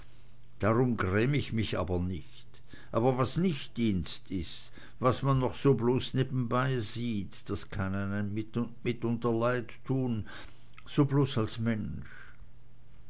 darum gräm ich mich aber nich aber was nich dienst is was man so bloß noch nebenbei sieht das kann einen mitunter leid tun so bloß als mensch